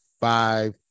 five